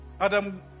Adam